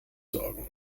sorgen